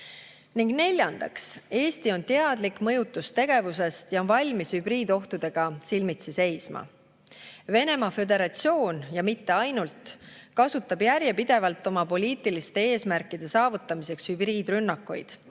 Ning neljandaks, Eesti on teadlik mõjutustegevusest ja on valmis hübriidohtudega silmitsi seisma. Venemaa Föderatsioon, ja mitte ainult, kasutab järjepidevalt oma poliitiliste eesmärkide saavutamiseks hübriidrünnakuid.